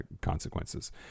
consequences